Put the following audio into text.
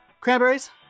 cranberries